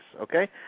Okay